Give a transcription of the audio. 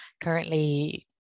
currently